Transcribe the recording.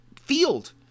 field